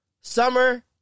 Summer